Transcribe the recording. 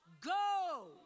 Go